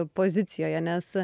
pozicijoje nes